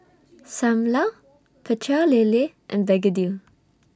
Ssam Lau Pecel Lele and Begedil